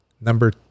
Number